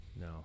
No